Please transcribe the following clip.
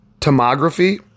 tomography